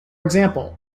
example